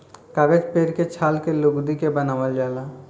कागज पेड़ के छाल के लुगदी के बनावल जाला